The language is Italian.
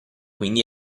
quindi